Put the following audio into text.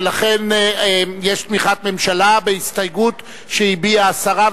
ולכן יש תמיכת הממשלה בהסתייגות שהביעה השרה,